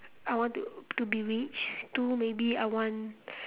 I want to to be rich two maybe I want